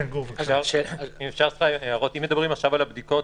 אם מדברים על הבדיקות,